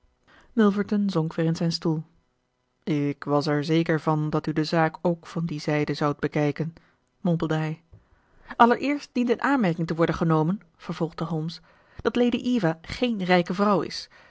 milverton zonk weer in zijn stoel ik was er zeker van dat u de zaak ook van die zijde zoudt bekijken mompelde hij allereerst dient in aanmerking te worden genomen vervolgde holmes dat lady eva geen rijke vrouw is